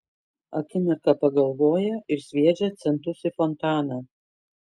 akimirką pagalvoja ir sviedžia centus į fontaną